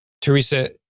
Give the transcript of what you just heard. Teresa